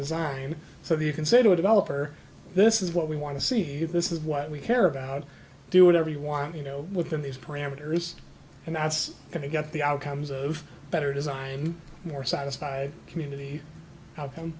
design so you can say to a developer this is what we want to see this is what we care about do whatever you want you know within these parameters and that's going to get the outcomes of better design more satisfied community outcome